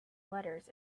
letters